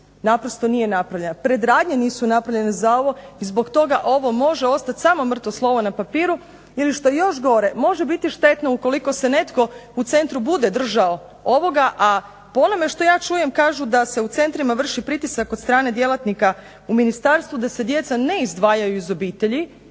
naprosto nije napravljena. Predradnje nisu napravljene za ovo i zbog toga ovo može ostati samo mrtvo slovo na papiru ili što je još gore može biti štetno ukoliko se netko u centru bude držao ovoga, a po onome što ja čujem kažu da se u centrima vrši pritisak od strane djelatnika u ministarstvu da se djeca ne izdvajaju iz obitelji